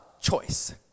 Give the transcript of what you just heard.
Choice